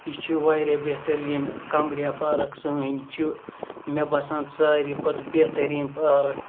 یہِ چھُ واریاہ بہتَرین قَمرِیا پارَک سٲنۍ چھِ مےٚ باسان ساروے کھوتہٕ بہتَرین پارَک